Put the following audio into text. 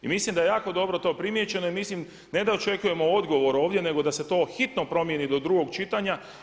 I mislim da je jako dobro to primijećeno i mislim ne da očekujemo odgovor ovdje nego da se to hitno promijeni do drugog čitanja.